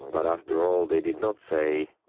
but, after all, they did not say.